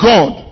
God